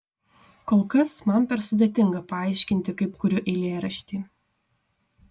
kol kas man per sudėtinga paaiškinti kaip kuriu eilėraštį